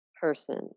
person